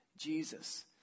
Jesus